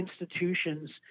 institutions